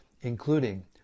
including